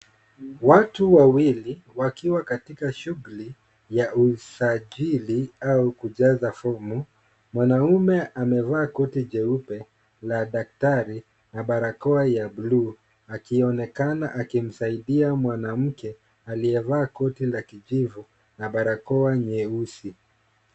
Watu wawili wakiwa katika shughuli ya usajili au kujaza fomu. Mwanaume amevaa koti jeupe la daktari na barakoa ya bluu akionekana akimsaidia mwanamke aliyevaa koti la kijivu na barakoa nyeusi.